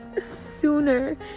sooner